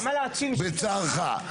מנהל מחלקת המים ברשות המקומית